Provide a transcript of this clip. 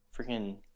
freaking